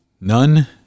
none